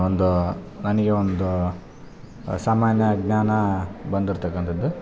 ಒಂದು ನನಗೆ ಒಂದು ಸಾಮಾನ್ಯ ಜ್ಞಾನ ಬಂದಿರ್ತಕಂಥದ್ದು